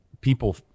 people